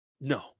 No